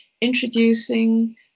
introducing